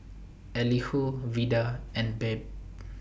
Elihu Vida and Babe